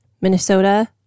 Minnesota